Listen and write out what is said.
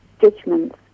judgments